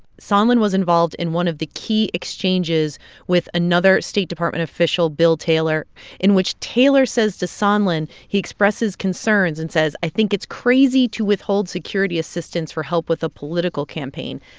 sondland was involved in one of the key exchanges with another state department official bill taylor in which taylor says to sondland he expresses concerns and says, i think it's crazy to withhold security assistance for help with a political campaign.